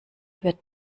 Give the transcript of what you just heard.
wird